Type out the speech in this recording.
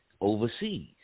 overseas